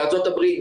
בארצות הברית,